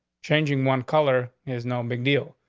changing one color is no um big deal.